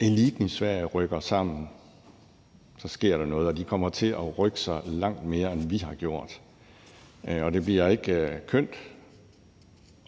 først eliten i Sverige rykker sammen, sker der noget, og de kommer til at rykke sig langt mere, end vi har gjort, og det bliver ikke kønt